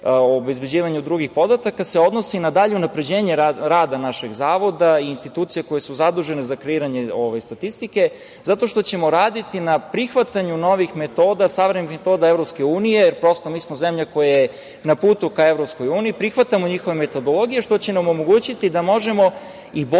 i obezbeđivanju drugih podataka se odnosi na dalje unapređenje rada našeg zavoda i institucija koje su zadužene za kreiranje statistike, zato što ćemo raditi na prihvatanju novih metoda, savremenih metoda EU, jer, prosto, mi smo zemlja koja je na putu ka EU, prihvatamo njihove metodologije, što će nam omogućiti da možemo i bolju